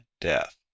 death